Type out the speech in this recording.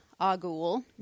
Agul